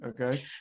okay